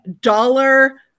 dollar